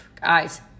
guys